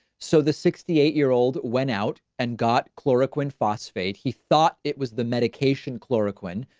so the sixty eight year old went out and got chloroquine phosphate. he thought it was the medication, chloroquine.